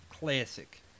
Classic